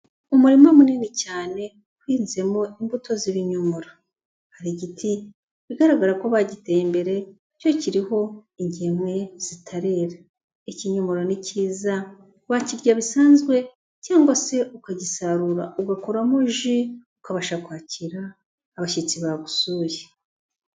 Umurima munini cyane uhinzemo imbuto z'ibinyomoro, hari igiti bigaragara ko bagiteye imbere cyo kiriho ingemwe zitarera, ikinyomoro ni cyiza, wakirya bisanzwe cyangwa se ukagisarura ugakuramo ji ukabasha kwakira abashyitsi bagusuye.